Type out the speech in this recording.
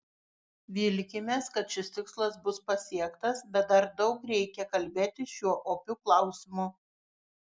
vilkimės kad šis tikslas bus pasiektas bet dar daug reikia kalbėti šiuo opiu klausimu